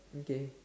okay